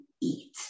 eat